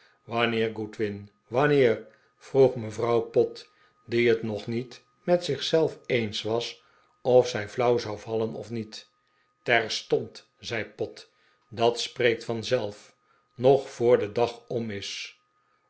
wanneer goodwin wanneer vroeg mevrouw pott die het nog niet met zich zelf eens was of zij flauw zou vallen of niet terstond zei pott dat spreekt vanzelf nog voor de dag om is